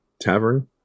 tavern